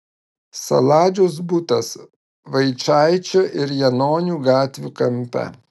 saladžiaus butas vaičaičio ir janonių gatvių kampe